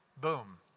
Boom